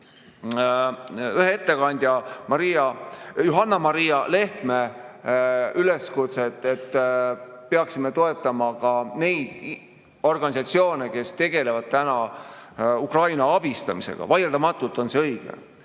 ühe ettekandja Johanna‑Maria Lehtme üleskutset, et peaksime toetama neid organisatsioone, kes tegelevad täna Ukraina abistamisega. Vaieldamatult on see õige.